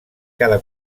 cada